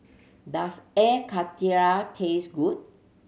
does Air Karthira taste good